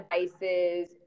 devices